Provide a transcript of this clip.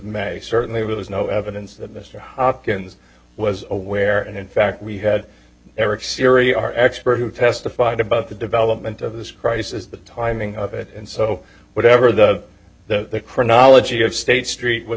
maggie certainly was no evidence that mr hopkins was aware and in fact we had eric syria our expert who testified about the development of this crisis the timing of it and so whatever the chronology of state street what